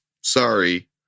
Sorry